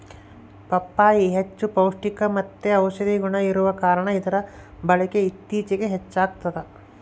ಪಪ್ಪಾಯಿ ಹೆಚ್ಚು ಪೌಷ್ಟಿಕಮತ್ತೆ ಔಷದಿಯ ಗುಣ ಇರುವ ಕಾರಣ ಇದರ ಬಳಕೆ ಇತ್ತೀಚಿಗೆ ಹೆಚ್ಚಾಗ್ತದ